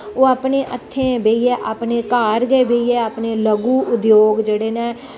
ओह् अपने हत्थें बेहियै अपने घर गै बेहियै अपने लघु उद्योग जेह्डे़ न